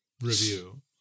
review